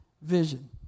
vision